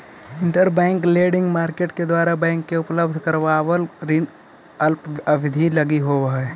interbank lending market के द्वारा bank के उपलब्ध करावल ऋण अल्प अवधि लगी होवऽ हइ